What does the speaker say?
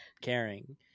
caring